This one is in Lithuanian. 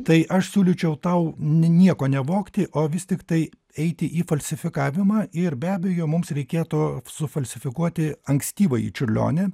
tai aš siūlyčiau tau nieko nevogti o vis tiktai eiti į falsifikavimą ir be abejo mums reikėtų sufalsifikuoti ankstyvąjį čiurlionį